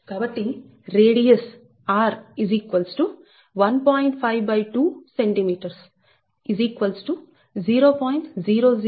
కాబట్టి రేడియస్ వ్యాసార్థం r 1